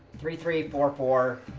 three three four four